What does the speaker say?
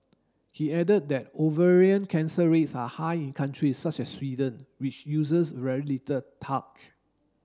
he added that ovarian cancer rates are high in countries such as Sweden which uses very little talc